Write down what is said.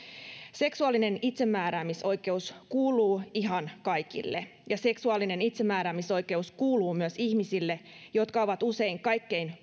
seksuaalinen itsemääräämisoikeus kuuluu ihan kaikille ja seksuaalinen itsemääräämisoikeus kuuluu myös ihmisille jotka ovat usein kaikkein